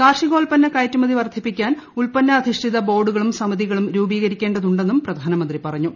കാർഷികോൽപ്പന്ന കയറ്റുമതി വർദ്ധിപ്പിക്കാൻ ഉല്പന്നൂർപ്പിഷ്ഠിത ബോർഡുകളും സമിതികളും രൂപീകരിക്കേണ്ടതുണ്ടെന്നൂർ പ്രധാനമന്ത്രി പറഞ്ഞു